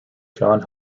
john